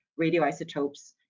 radioisotopes